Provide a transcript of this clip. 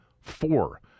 four